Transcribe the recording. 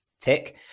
tick